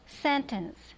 sentence